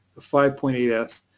the five point eight s,